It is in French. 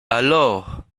alors